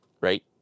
right